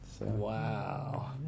Wow